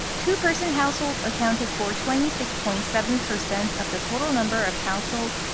two-person households accounted for twenty six point seven percent of the total number of households,